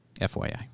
FYI